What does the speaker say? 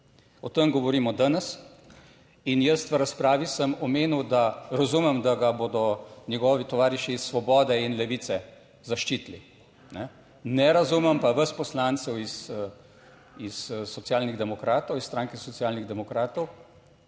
O tem govorimo danes in jaz v razpravi sem omenil, da razumem, da ga bodo njegovi tovariši iz Svobode in Levice zaščitili, ne, razumem pa vas poslancev iz Socialnih demokratov,